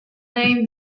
name